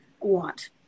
want